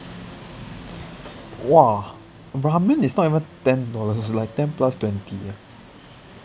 !wah! ramen is not even ten dollars it's like ten plus twenty eh